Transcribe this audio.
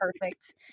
perfect